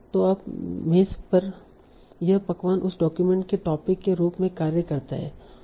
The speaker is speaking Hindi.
तो अब मेज पर यह पकवान उस डॉक्यूमेंट के टोपिक के रूप में कार्य करता है